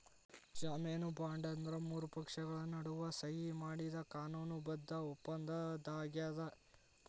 ಜಾಮೇನು ಬಾಂಡ್ ಅಂದ್ರ ಮೂರು ಪಕ್ಷಗಳ ನಡುವ ಸಹಿ ಮಾಡಿದ ಕಾನೂನು ಬದ್ಧ ಒಪ್ಪಂದಾಗ್ಯದ